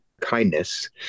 kindness